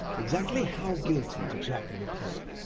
exactly how guilty did chapman appear?